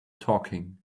talking